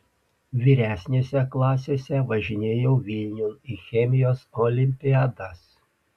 vyresnėse klasėse važinėjau vilniun į chemijos olimpiadas